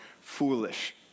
foolish